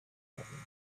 problem